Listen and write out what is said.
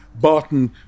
Barton